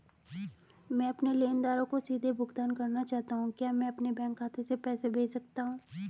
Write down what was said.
मैं अपने लेनदारों को सीधे भुगतान करना चाहता हूँ क्या मैं अपने बैंक खाते में पैसा भेज सकता हूँ?